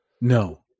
No